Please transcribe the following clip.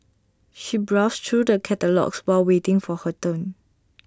she browsed through the catalogues while waiting for her turn